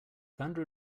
thunder